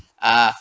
uh